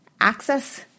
access